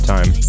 Time